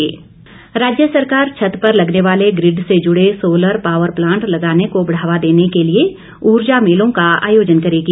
grid राज्य सरकार छत पर लगने वाले ग्रिड से जुड़े सोलर पॉवर प्लांट लगाने को बढ़ावा देने के लिये ऊर्जा मेलों का आयोजन करेगी